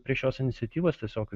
prie šios iniciatyvos tiesiog